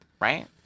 right